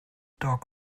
dog